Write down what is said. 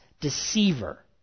deceiver